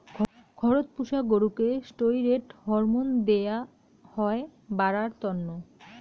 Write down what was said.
ঘরত পুষা গরুকে ষ্টিরৈড হরমোন দেয়া হই বাড়ার তন্ন